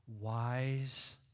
wise